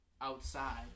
outside